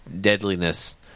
deadliness